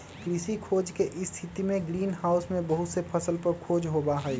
कृषि खोज के स्थितिमें ग्रीन हाउस में बहुत से फसल पर खोज होबा हई